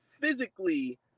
physically